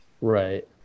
Right